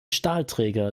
stahlträger